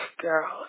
girl